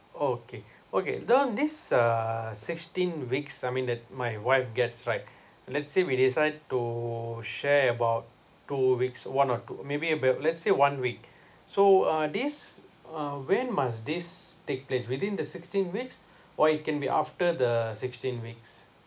oh okay okay now this uh sixteen weeks I mean that my wife gets right let's say we decide to share about two weeks one or two maybe ab~ let's say one week so uh this um when must this take place within the sixteen weeks or it can be after the sixteen weeks